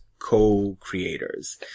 co-creators